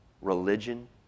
religion